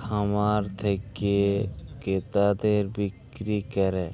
খামার থেক্যে ক্রেতাদের বিক্রি ক্যরা